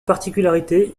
particularité